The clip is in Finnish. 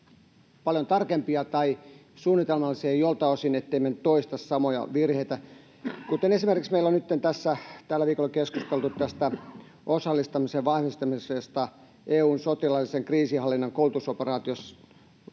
paljon tarkempia, tai suunnitelmallisia joiltain osin, ettemme nyt toista samoja virheitä, kuten esimerkiksi meillä on nyt tällä viikolla keskusteltu osallistamisen vahvistamisesta EU:n sotilaallisen kriisinhallinnan koulutusoperaatio